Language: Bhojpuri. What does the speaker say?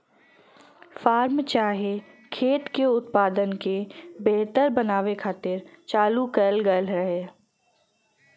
फार्म चाहे खेत के उत्पादन के बेहतर बनावे खातिर चालू कएल गएल रहे